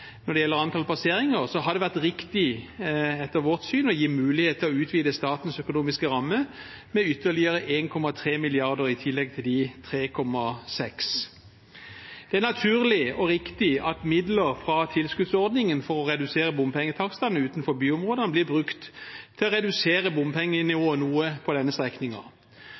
når det gjelder antall passeringer, har det etter vårt syn vært riktig å gi mulighet til å utvide statens økonomiske ramme med ytterligere 1,3 mrd. kr, i tillegg til de 3,6 mrd. kr. Det er naturlig og riktig at midler fra tilskuddsordningen for å redusere bompengetakstene utenfor byområdene blir brukt til å redusere bompengenivået noe på denne